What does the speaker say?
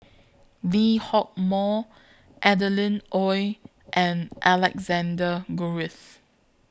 Lee Hock Moh Adeline Ooi and Alexander Guthrie